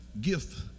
gift